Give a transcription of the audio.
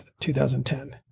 2010